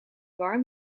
warm